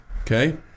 okay